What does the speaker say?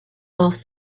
after